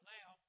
now